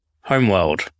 Homeworld